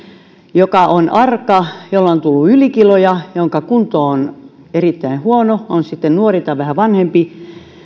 joka on arka jolle on tullut ylikiloja ja jonka kunto on erittäin huono on hän sitten nuori tai vähän vanhempi